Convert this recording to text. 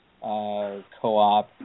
co-op